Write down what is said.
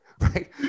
right